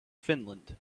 finland